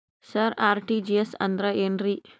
ಸರ RTGS ಅಂದ್ರ ಏನ್ರೀ?